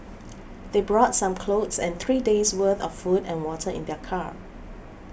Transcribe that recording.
they brought some clothes and three days' worth of food and water in their car